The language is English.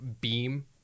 beam